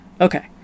Okay